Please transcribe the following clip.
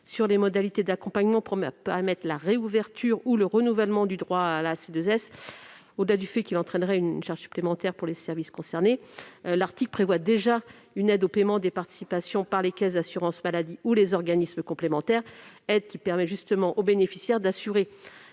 sur les modalités d'accompagnement pour permettre la réouverture ou le renouvellement du droit à la C2S. D'abord, une telle mesure entraînerait une charge supplémentaire pour les services concernés. Surtout, l'article prévoit déjà une aide au paiement des participations par les caisses d'assurance maladie ou les organismes complémentaires. Celle-ci permet justement aux bénéficiaires d'assurer